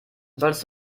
solltest